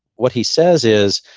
what he says is,